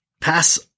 pass